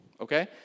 Okay